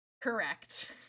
Correct